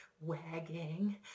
wagging